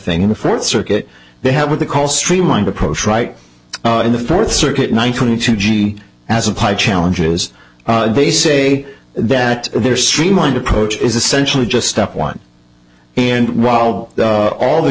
thing in the fourth circuit they have what they call streamlined approach right in the fourth circuit nine twenty two g as applied challenges they say that they're streamlined approach is essentially just step one and while all the